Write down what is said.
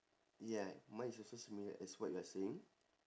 yeah mine is also similar as what you are saying